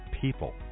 people